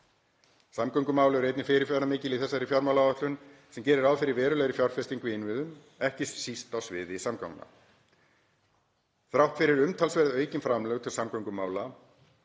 Samgöngumál eru einnig fyrirferðarmikil í þessari fjármáláætlun, sem gerir ráð fyrir verulegri fjárfestingu í innviðum, ekki síst á sviði samgangna. Þrátt fyrir umtalsvert aukin framlög til samgöngumála